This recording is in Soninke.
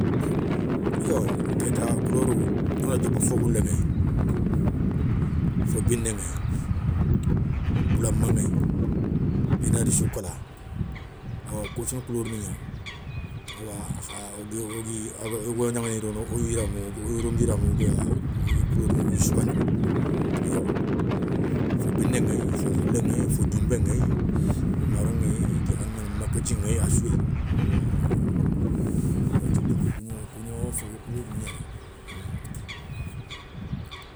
Yo kéta couleurou wona diopa fo khoulé ŋéye, fo biné ŋéye, boula ma ŋéye, inati socola, awa kou sou na couleur ni gna, awa kha ogo gnaŋani rono wo yiramou o rondi yiramou oga couleurni o gui soukandini, yo fo biné ŋéye, fo khoulé ŋéye, fo dounbé ŋéye, maron ŋéye, maka dji ŋéye, a sou yéyi, kou koundou wathia kougno coueleur ni gna dé.